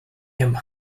him